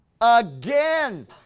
Again